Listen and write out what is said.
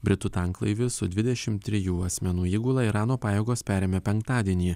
britų tanklaivį su dvidešim trijų asmenų įgula irano pajėgos perėmė penktadienį